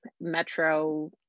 metro